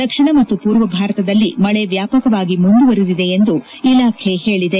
ದಕ್ಷಿಣ ಮತ್ತು ಪೂರ್ವ ಭಾರತದಲ್ಲಿ ಮಳೆ ವ್ಯಾಪಕವಾಗಿ ಮುಂದುವರಿದಿದೆ ಎಂದು ಇಲಾಖೆ ಹೇಳದೆ